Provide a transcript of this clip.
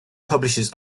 publishes